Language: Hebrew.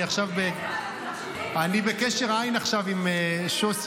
אני עכשיו בקשר עין עם שוסטר.